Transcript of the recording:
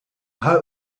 hope